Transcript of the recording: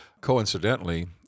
Coincidentally